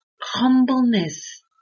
humbleness